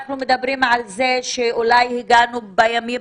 אנחנו מדברים על זה שאולי הגענו בימים